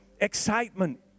excitement